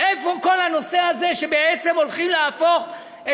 איפה כל הנושא הזה שבעצם הולכים להפוך את